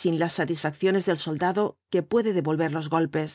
sin las satisfacciqnes del soldado que puede devolver los golpes